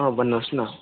अँ भन्नुहोस् न